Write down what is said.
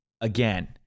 again